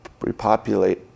repopulate